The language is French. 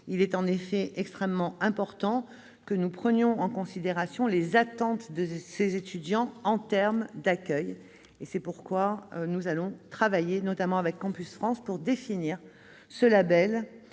effet, il est extrêmement important que nous prenions en considération les attentes de ces étudiants en matière d'accueil. C'est pourquoi nous allons travailler, notamment, avec Campus France pour définir ce label